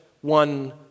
one